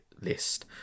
list